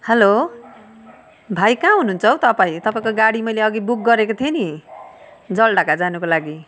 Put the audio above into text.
hello भाइ कहाँ हुनु हुन्छ हौ तपाईँ तपाईँको गाडी मैले अगि बुक गरेको थिएँ नि जलढका जानको लागि